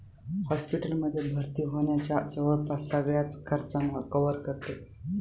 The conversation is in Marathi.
हॉस्पिटल मध्ये भर्ती होण्याच्या जवळपास सगळ्याच खर्चांना कव्हर करते